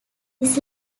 this